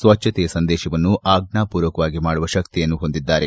ಸ್ವಚ್ದತೆಯ ಸಂದೇಶವನ್ನು ಆಜ್ಞಾಸೂರ್ವಕವಾಗಿ ಮಾಡುವ ಶಕ್ತಿಯನ್ನು ಹೊಂದಿದ್ದಾರೆ